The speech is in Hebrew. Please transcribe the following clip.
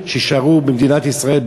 שיישארו במדינת ישראל,